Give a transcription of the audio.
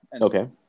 Okay